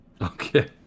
Okay